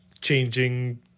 changing